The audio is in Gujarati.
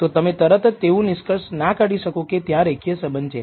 તો તમે તરત જ તેવું નિષ્કર્ષ ના કાઢી શકો કે ત્યાં રેખીય સંબંધ છે